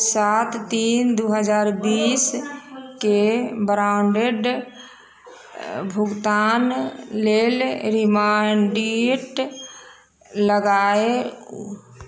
सात तीन दू हजार बीस के ब्रांडेड भुगतान लेल रिमाइंडर लगाए